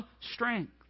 strength